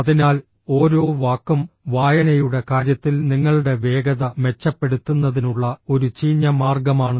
അതിനാൽ ഓരോ വാക്കും വായനയുടെ കാര്യത്തിൽ നിങ്ങളുടെ വേഗത മെച്ചപ്പെടുത്തുന്നതിനുള്ള ഒരു ചീഞ്ഞ മാർഗമാണ്